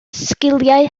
sgiliau